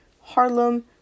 Harlem